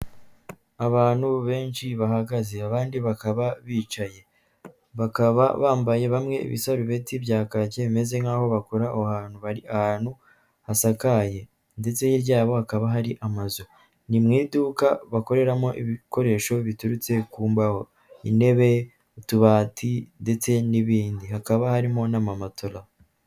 Abantu benshi bahagaze abandi bakaba bicaye bakaba bambaye bamwe ibisarubeti bya kake bimeze nkaho bakora aho hantu, bari ahantu hasakaye ndetse hirya yabo hakaba hari amazu ni mu iduka bakoreramo ibikoresho biturutse kumbaho intebe, utubati ndetse n'ibindi hakaba harimo n'amamatora.